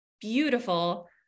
beautiful